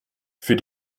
für